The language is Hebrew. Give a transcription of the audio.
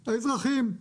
האזרחים.